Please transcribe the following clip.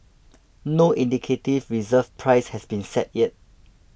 no indicative reserve price has been set yet